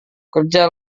kerja